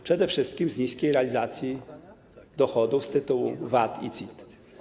Przede wszystkim z niskiej realizacji dochodów z tytułu VAT i CIT.